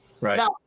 Right